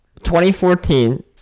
2014